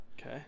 okay